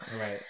Right